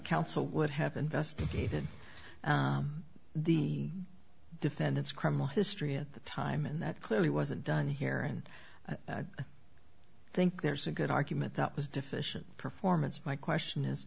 counsel would have invested in the defendant's criminal history at the time and that clearly wasn't done here in i think there's a good argument that was deficient performance my question